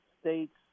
states